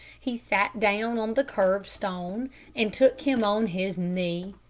he sat down on the curbstone and took him on his knee,